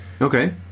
Okay